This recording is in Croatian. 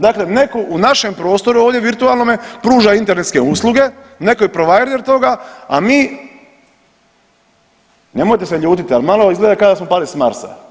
Dakle, netko u našem prostoru ovdje virtualnome pruža internetske usluge, netko je provider toga, a mi nemojte se ljutiti ali malo izgleda kao da smo pali sa Marsa.